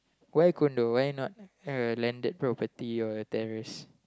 why condo why not uh landed property or a terrace